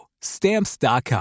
Stamps.com